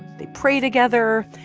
they pray together.